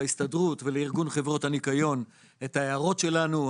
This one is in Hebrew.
להסתדרות ולארגון חברות הניקיון ובו ההערות שלנו.